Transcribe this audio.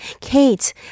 Kate